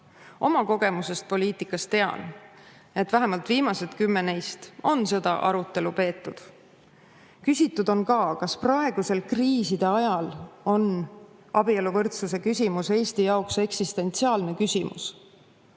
Oma kogemusest poliitikas tean, et vähemalt viimased kümme neist on seda arutelu peetud. Küsitud on ka, kas praegusel kriiside ajal on abieluvõrdsuse küsimus Eesti jaoks eksistentsiaalne küsimus.